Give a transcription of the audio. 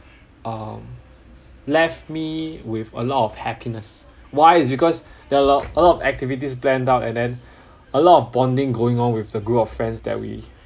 um left me with a lot of happiness why it's because there're a lo~ a lot of activities planned out and then a lot of bonding going on with the group of friends that we